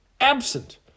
absent